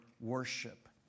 worship